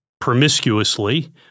promiscuously